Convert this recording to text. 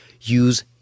use